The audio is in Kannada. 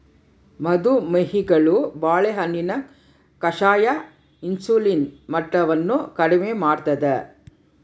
ಮದು ಮೇಹಿಗಳು ಬಾಳೆಹಣ್ಣಿನ ಕಷಾಯ ಇನ್ಸುಲಿನ್ ಮಟ್ಟವನ್ನು ಕಡಿಮೆ ಮಾಡ್ತಾದ